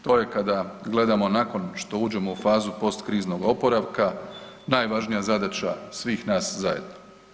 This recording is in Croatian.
To je kada gledamo nakon što uđemo u fazu postkriznoga oporavka najvažnija zadaća svih nas zajedno.